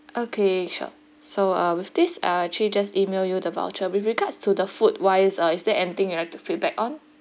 okay sure so uh with this I'll actually just email you the voucher with regards to the food wise uh is there anything you like to feedback on